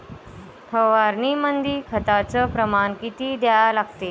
फवारनीमंदी खताचं प्रमान किती घ्या लागते?